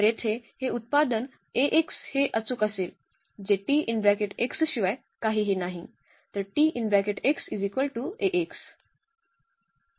तर येथे हे उत्पादन हे अचूक असेल जे शिवाय काहीही नाही